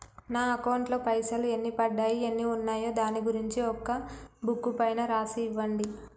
నా అకౌంట్ లో పైసలు ఎన్ని పడ్డాయి ఎన్ని ఉన్నాయో దాని గురించి ఒక బుక్కు పైన రాసి ఇవ్వండి?